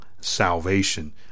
salvation